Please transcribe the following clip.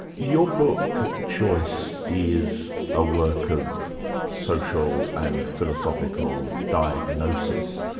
your book choice is a work of social and philosophical diagnosis.